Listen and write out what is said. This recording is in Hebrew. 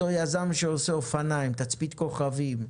אותו יזם שעושה אופניים, תצפית כוכבים,